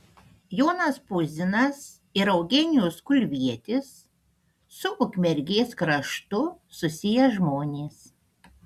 jonas puzinas ir eugenijus kulvietis su ukmergės kraštu susiję žmonės